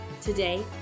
Today